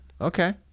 Okay